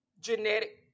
Genetic